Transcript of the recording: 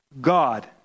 God